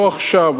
לא עכשיו,